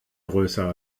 größer